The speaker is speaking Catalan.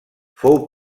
fou